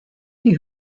die